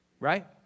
right